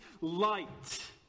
light